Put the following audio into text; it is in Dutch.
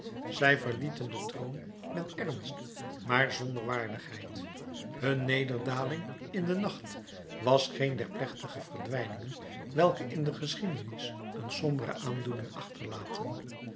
zij verlieten den troon met ernst maar zonder waardigheid hun nederdaling in den nacht was geen dier plechtige verdwijningen welke in de geschiedenis een sombere aandoening achterlaten